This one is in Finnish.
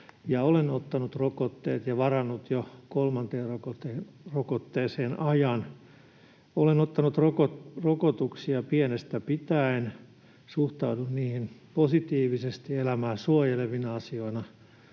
olen ottanut rokotteet ja varannut jo kolmanteen rokotteeseen ajan. Olen ottanut rokotuksia pienestä pitäen. Suhtaudun niihin positiivisesti elämää suojelevina asioina.